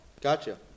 Gotcha